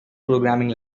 programming